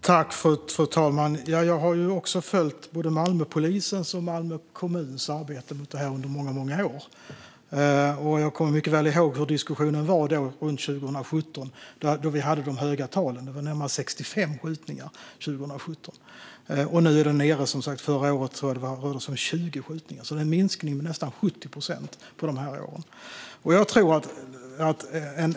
Fru talman! Även jag har under många år följt Malmöpolisens och Malmö kommuns arbete mot detta. Jag kommer mycket väl ihåg hur diskussionen lät runt 2017 då vi hade de höga talen. År 2017 var det närmare 65 skjutningar. Nu har det som sagt gått ned. Förra året rörde det sig om 20 skjutningar. Under dessa år har det blivit en minskning med nästan 70 procent.